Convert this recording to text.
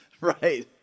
right